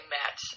met